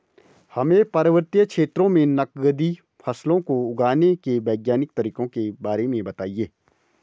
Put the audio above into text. हमें पर्वतीय क्षेत्रों में नगदी फसलों को उगाने के वैज्ञानिक तरीकों के बारे में बताइये?